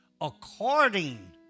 according